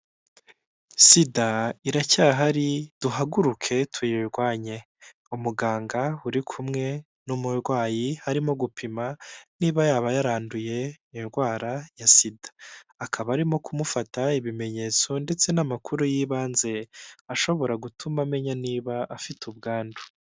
Sida iracyahari duhaguruke tuyirwanye umuganga uri kumwe n'umurwayi harimo gupima niba yaba yaranduye indwara ya sida akaba arimo kumufata ibimenyetso ndetse n'amakuru y'ibanze ashobora gutuma amenya niba afite ubwandu.